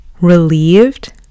Relieved